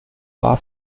war